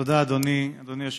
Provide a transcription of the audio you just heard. תודה, אדוני היושב-ראש.